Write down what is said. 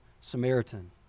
Samaritan